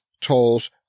tolls